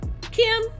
Kim